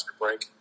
break